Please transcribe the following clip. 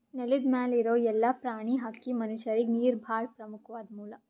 ನೆಲದ್ ಮ್ಯಾಲ್ ಇರೋ ಎಲ್ಲಾ ಪ್ರಾಣಿ, ಹಕ್ಕಿ, ಮನಷ್ಯರಿಗ್ ನೀರ್ ಭಾಳ್ ಪ್ರಮುಖ್ವಾದ್ ಮೂಲ